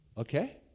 Okay